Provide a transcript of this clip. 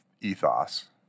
ethos